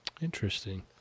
interesting